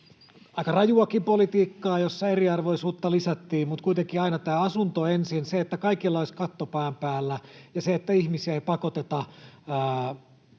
aika rajuakin politiikkaa, jossa eriarvoisuutta lisättiin, niin kuitenkin aina tämä asunto eli ensin se, että kaikilla olisi katto pään päällä ja ihmisiä ei pakoteta